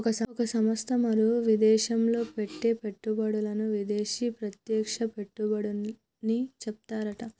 ఒక సంస్థ మరో విదేశంలో పెట్టే పెట్టుబడులను విదేశీ ప్రత్యక్ష పెట్టుబడులని చెప్తారట